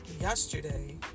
yesterday